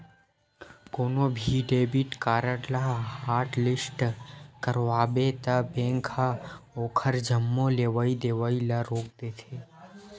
कोनो भी debit card ल हॉटलिस्ट करवाबे त बेंक ह ओखर जम्मो लेवइ देवइ ल रोक देथे